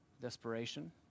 Desperation